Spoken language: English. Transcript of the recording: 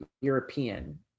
European